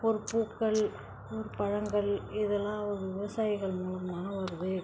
ஒரு பூக்கள் ஒரு பழங்கள் இதெல்லாம் விவசாயிகள் மூலமாக தான் வருது